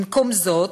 במקום זה,